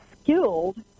skilled